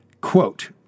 Quote